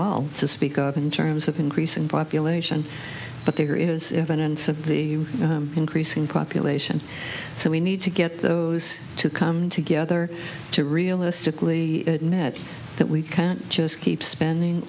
all to speak up in terms of increasing population but there is evidence of the increasing population so we need to get those to come together to realistically met that we can't just keep spending